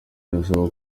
arasaba